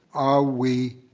are we,